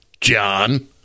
John